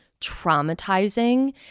traumatizing